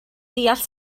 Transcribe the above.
deall